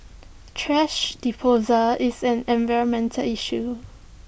thrash disposal is an environmental issue